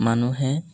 মানুহে